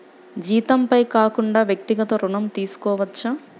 జీతంపై కాకుండా వ్యక్తిగత ఋణం తీసుకోవచ్చా?